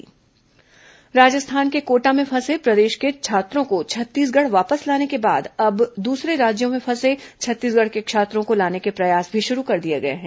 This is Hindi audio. कोरोना छात्र वापसी आवेदन राजस्थान के कोटा में फंसे प्रदेश के छात्रों को छत्तीसगढ़ वापस लाने के बाद अब दूसरे राज्यों में फंसे छत्तीसगढ़ के छात्रों को लाने के प्रयास भी शुरू कर दिए गए हैं